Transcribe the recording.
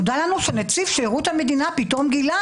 נודע לנו שנציב שירות המדינה פתאום גילה